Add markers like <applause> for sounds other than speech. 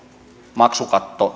maksukatto <unintelligible>